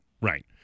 right